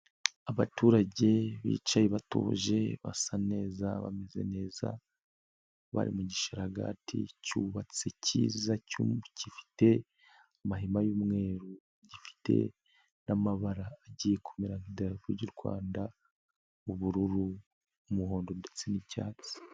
Abaturage bicaye batuje basa neza bameze neza, bari mu gisharaga cyubatse kiza gifite amahema y'umweru, gifite n'amabara agiye kumera nk'idarapo ry'u Rwanda ubururu, umuhondo, ndetse n'icyatsi.